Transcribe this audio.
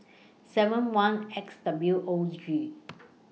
seven one X W Os G